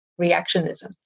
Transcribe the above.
reactionism